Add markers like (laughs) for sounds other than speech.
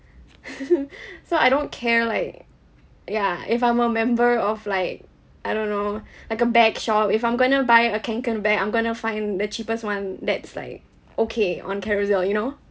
(laughs) so I don't care like ya if I'm a member of like I don't know (breath) like a bag shop if I'm going to buy a kanken bag I'm going to find the cheapest one that's like okay on carousell you know